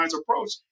approach